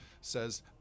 says